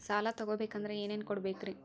ಸಾಲ ತೊಗೋಬೇಕಂದ್ರ ಏನೇನ್ ಕೊಡಬೇಕ್ರಿ?